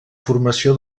formació